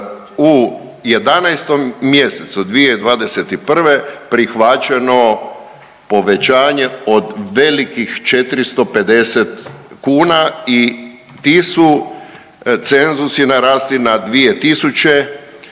u 11. mjesecu 2021. prihvaćeno povećanje od velikih 450 kuna i ti su cenzusi narasli na 2 tisuće